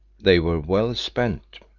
they were well spent,